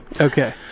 okay